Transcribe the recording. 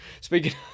speaking